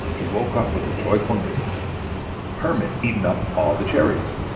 he woke up with the joyful news hermann eaten up all the cherries.